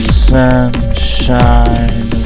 sunshine